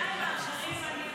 השניים האחרים, אני בספק.